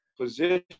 position